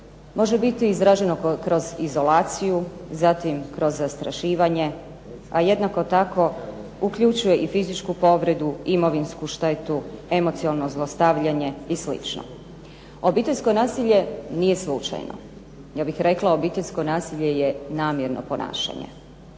može biti izraženo kroz izolaciju, zatim kroz zastrašivanje, a jednako tako uključuje i fizičku povredu, imovinsku štetu, emocionalno zlostavljanje i slično. Obiteljsko nasilje nije slučajno. Ja bih rekla obiteljsko nasilje je namjerno ponašanje.